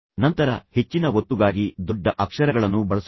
ನಂತರ ಹೆಚ್ಚಿನ ಒತ್ತುಗಾಗಿ ದೊಡ್ಡ ಅಕ್ಷರಗಳನ್ನು ಬಳಸುವುದು